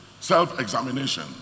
Self-examination